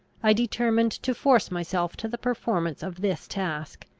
i determined to force myself to the performance of this task.